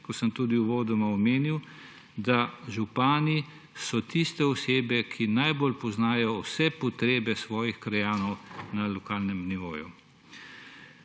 kot sem tudi uvodoma omenil, da so župani tiste osebe, ki najbolj poznajo vse potrebe svojih krajanov na lokalnem nivoju.